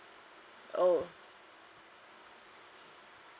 oh